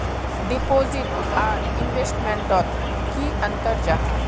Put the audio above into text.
Deposit आर investment तोत की अंतर जाहा?